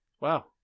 wow